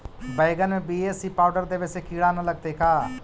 बैगन में BAC powder देबे से किड़ा न लगतै का?